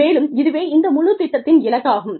மேலும் இதுவே இந்த முழு திட்டத்தின் இலக்காகும்